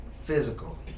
physical